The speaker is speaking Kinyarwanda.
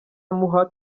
amuha